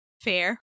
Fair